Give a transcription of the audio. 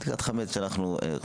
בבדיקת חמץ אנחנו --- אוקיי,